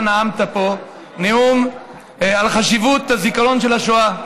נאמת פה נאום על חשיבות הזיכרון של השואה.